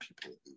people